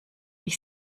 ich